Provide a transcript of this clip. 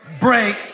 break